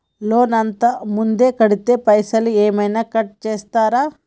Loan అత్తే ముందే కడితే పైసలు ఏమైనా కట్ చేస్తరా?